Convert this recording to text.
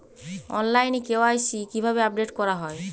অনলাইনে কে.ওয়াই.সি কিভাবে আপডেট করা হয়?